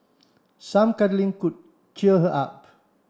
some cuddling could cheer her up